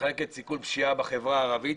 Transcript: מחלקת סיכול פשיעה בחברה הערבית,